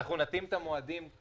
אנחנו נתאים את המועדים.